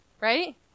Right